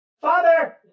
Father